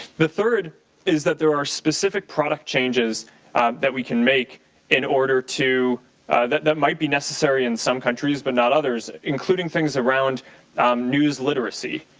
the third is that there are specific product changes that we can make in order to that that might be necessary in some countries but not others including things around news literacy.